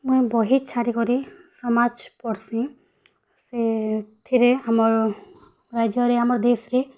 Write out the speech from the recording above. ମୁଇଁ ବହି ଛାଡ଼ି କରି ସମାଜ ପଢ଼ୁଥିଲି ସେଥିରେ ଆମର ଗାଜ୍ୟରେ ଆମର ଦେଶ୍ରେ